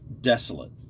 desolate